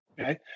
Okay